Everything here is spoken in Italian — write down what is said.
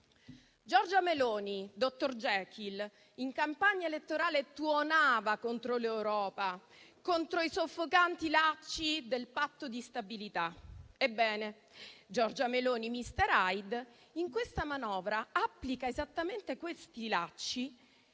Giorgia Meloni-dottor Jekyll in campagna elettorale tuonava contro l'Europa, contro i soffocanti lacci del Patto di stabilità. Ebbene, Giorgia Meloni-mister Hyde in questa manovra applica esattamente questi lacci